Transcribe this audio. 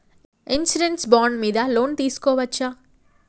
Insurance bond మీద loan తీస్కొవచ్చా?